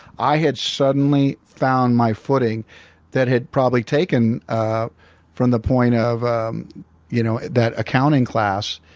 i had suddenly found my footing that had probably taken from the point of um you know that accounting class,